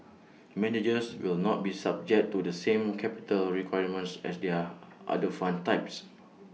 managers will not be subject to the same capital requirements as their other fund types